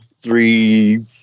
three